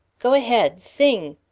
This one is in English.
go ahead, sing.